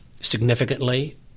significantly